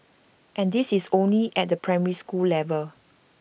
and this is only at the primary school level